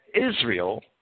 Israel